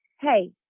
hey